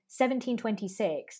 1726